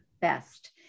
best